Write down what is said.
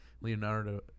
Leonardo